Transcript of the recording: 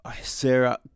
Sarah